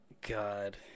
God